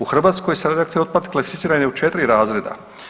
U Hrvatskoj se radioaktivni otpad, klasificiran je u 4 razreda.